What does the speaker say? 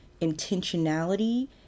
intentionality